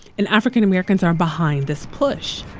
and african-americans are behind this push.